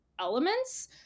elements